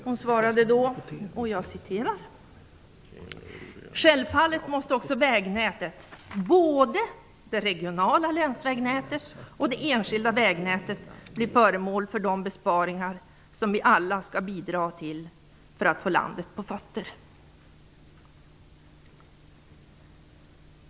Hon svarade då: "Självfallet måste också vägnätet, både det regionala länsvägnätet och det enskilda vägnätet, bli föremål för de besparingar som vi alla skall bidra till för att få landet på fötter."